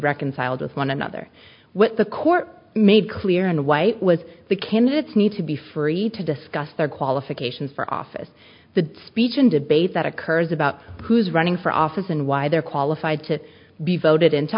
reconciled with one another with the court made clear and white was the candidates need to be free to discuss their qualifications for office the speech and debate that occurs about who's running for office and why they're qualified to be voted into